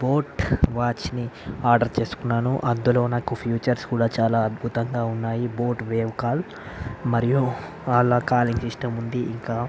boat వాచ్ని order చేసుకున్నాను అందులో నాకు ఫీచర్స్ కూడా చాలా అద్భుతంగా ఉన్నాయి బోట్ వేవ్ కాల్ మరియు అందులో కాలింగ్ సిస్టమ్ ఉంది ఇంకా